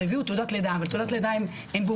כבר הביאו תעודת לידה אבל תעודת הלידה היא באוקראינית